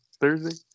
Thursday